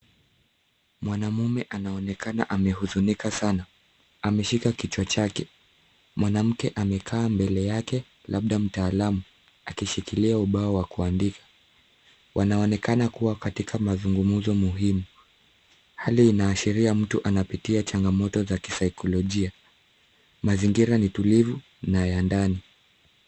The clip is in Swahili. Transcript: Mwanaume anaonekana amehuzunika sana, ameshika kichwa chake. Mwanamke amekaa mbele yake labda mtaalamu, akishikilia ubao wa kuandika. Wanaonekana kuwa katika mazungumzo muhimu. Hali inaashiria mtu anapitia changamoto za kisaikolojia. Mazingira ni tulivu na ya ndani.